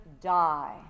die